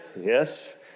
Yes